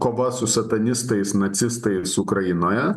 kova su satanistais nacistais ukrainoje